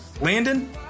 Landon